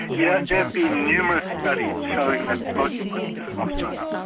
yeah there've been numerous studies showing that smoking puts testosterone up.